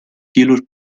quilos